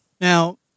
Now